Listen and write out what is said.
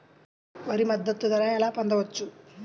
వరి మద్దతు ధర ఎలా పొందవచ్చు?